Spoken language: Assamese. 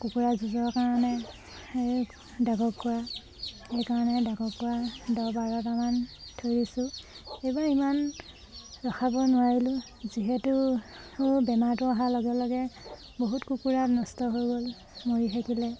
কুকুৰা যুঁজৰ কাৰণে এই ডাকৰ কুকুৰা সেইকাৰণে ডাকৰ কুকুৰা দহ বাৰটামান থৈ দিছোঁ এইবাৰ ইমান ৰখাব নোৱাৰিলোঁ যিহেতু বেমাৰটো অহাৰ লগে লগে বহুত কুকুৰা নষ্ট হৈ গ'ল মৰি থাকিলে